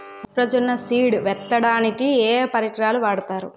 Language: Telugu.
మొక్కజొన్న సీడ్ విత్తడానికి ఏ ఏ పరికరాలు వాడతారు?